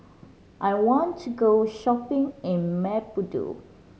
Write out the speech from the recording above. I want to go shopping in Maputo